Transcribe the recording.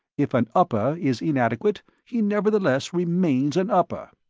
if an upper is inadequate, he nevertheless remains an upper.